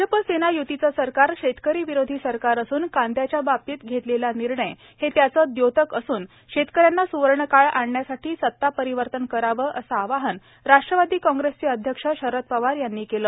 भाजप सेना य्तीचे सरकार शेतकरी विरोधी सरकार असून कांद्याच्या बाबतीत घेतलेला निर्णय हे त्याचं द्योतक असून शेतकऱ्यांना स्वर्णकाळ आणण्यासाठी सत्ता परिवर्तन करावं असं आवाहन राष्ट्रवादी कॉग्रेसचे अध्यक्ष शरद पवार यांनी केलं